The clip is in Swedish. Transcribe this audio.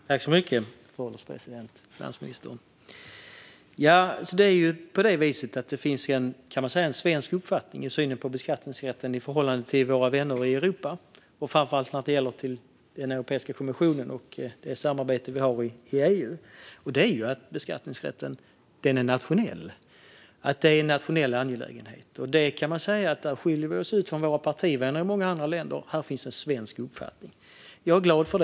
Fru ålderspresident och finansministern! Man kan säga att det i synen på beskattningsrätten finns en svensk uppfattning i förhållande till våra vänner i Europa, framför allt när det gäller Europeiska kommissionen och det samarbete vi har i EU. Det är att beskattningsrätten är nationell, att det är en nationell angelägenhet. Där skiljer vi oss från våra partivänner i många andra länder. Det är en svensk uppfattning. Den är jag glad för.